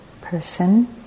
person